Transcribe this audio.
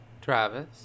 Travis